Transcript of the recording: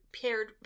paired